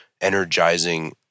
energizing